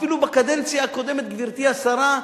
אפילו בקדנציה הקודמת, גברתי השרה,